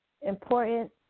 important